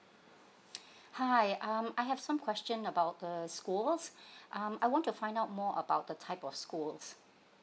hi um I have some question about the schools um I want to find out more about the type of schools